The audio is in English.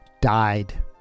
died